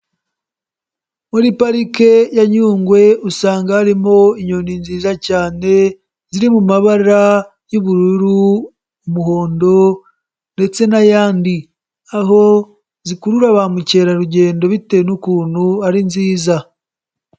Muri Parike ya Nyungwe usanga harimo inyoni nziza cyane ziri mu mabara y'ubururu, umuhondo ndetse n'ayandi. Aho zikurura ba mukerarugendo bitewe n'ukuntu ari nziza.